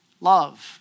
Love